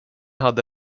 hade